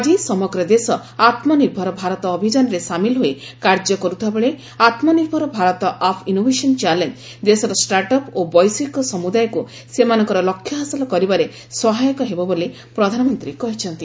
ଆଜି ସମଗ୍ର ଦେଶ ଆତ୍ମନିର୍ଭର ଭାରତ ଅଭିଯାନରେ ସାମିଲ ହୋଇ କାର୍ଯ୍ୟ କର୍ତ୍ତବାବେଳେ Atmanirbhar Bharat app innovation challenge ଦେଶର ଷ୍ଟାର୍ଟଅପ୍ ଓ ବୈଷୟିକ ସମୁଦାୟକୁ ସେମାନଙ୍କର ଲକ୍ଷ୍ୟ ହାସଲ କରିବାରେ ସହାୟକ ହେବ ବୋଲି ପ୍ରଧାନମନ୍ତ୍ରୀ କହିଛନ୍ତି